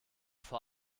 vor